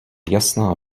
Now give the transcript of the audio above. jasná